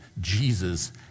Jesus